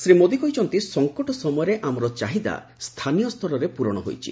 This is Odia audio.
ଶ୍ରୀ ମୋଦୀ କହିଛନ୍ତି ସମୟରେ ଆମର ଚାହିଦା ସଂକଟ ସ୍ଥାନୀୟ ସ୍ତରରେ ପୂରଣ ହୋଇଛି